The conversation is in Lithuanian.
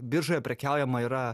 biržoje prekiaujama yra